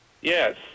Yes